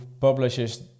publishes